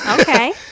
Okay